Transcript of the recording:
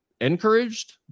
encouraged